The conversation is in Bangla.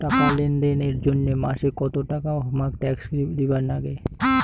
টাকা লেনদেন এর জইন্যে মাসে কত টাকা হামাক ট্যাক্স দিবার নাগে?